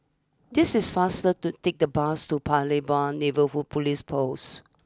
it is faster to take the bus to Paya Lebar Neighbourhood police post